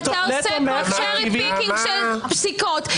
אתה עושה פה cherry picking של פסיקות,